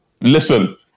Listen